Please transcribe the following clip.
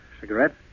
Cigarette